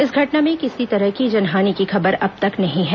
इस घटना में किसी तरह की जनहानि की खबर अब तक नहीं है